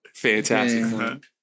Fantastic